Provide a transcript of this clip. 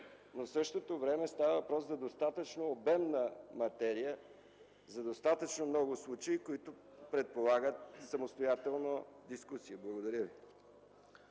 но в същото време става въпрос за достатъчно обемна материя, за достатъчно много случаи, които предполагат самостоятелна дискусия. Благодаря Ви.